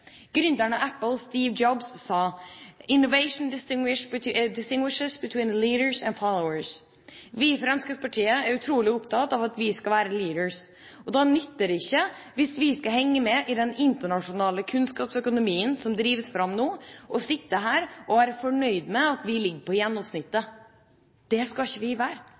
av Apple, Steve Jobs, sa: «Innovation distinguishes between leaders and followers.» Vi i Fremskrittspartiet er utrolig opptatt av at vi skal være «leaders». Da nytter det ikke, hvis vi skal henge med i den internasjonale kunnskapsøkonomien som drives fram nå, å sitte her og være fornøyd med at vi ligger på gjennomsnittet. Det skal ikke vi være.